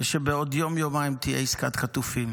ושבעוד יום-יומיים תהיה עסקת חטופים,